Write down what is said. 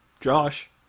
Josh